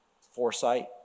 foresight